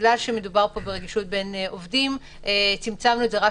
מכיוון שמדובר ברגישות בין עובדים צמצמנו את זה רק